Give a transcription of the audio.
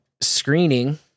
screening